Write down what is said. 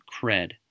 CRED